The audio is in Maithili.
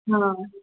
हँ